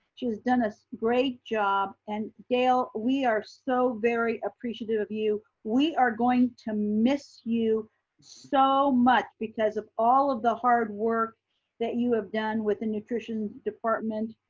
she has done a great job and, dale, we are so very appreciative of you. we are going to miss you so much because of all of the hard work that you have done with the nutrition department.